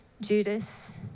Judas